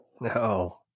No